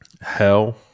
Hell